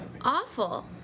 Awful